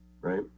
right